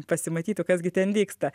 pasimatytų kas gi ten dygsta